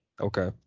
Okay